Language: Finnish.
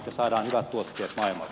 arvoisa herra puhemies